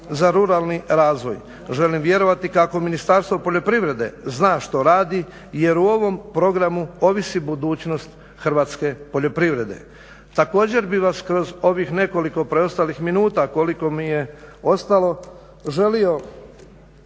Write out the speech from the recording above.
za ruralni razvoj. Želim vjerovati kako Ministarstvo poljoprivrede zna što radi jer u ovom programu ovisi budućnost hrvatske poljoprivrede. Također bih vas kroz ovih nekoliko preostalih minuta koliko mi je ostalo želio